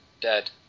dead